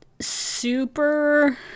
super